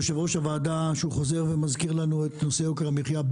יושב-ראש הוועדה חוזר ומזכיר לנו את נושא יוקר המחיה פה,